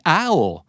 owl